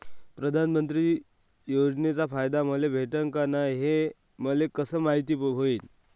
प्रधानमंत्री योजनेचा फायदा मले भेटनं का नाय, हे मले कस मायती होईन?